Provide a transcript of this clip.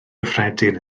gyffredin